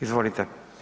Izvolite.